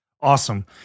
awesome